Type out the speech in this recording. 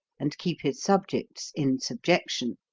and keep his subjects in subjection.